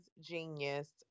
genius